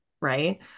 Right